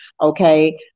Okay